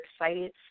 excited